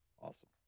Awesome